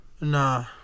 Nah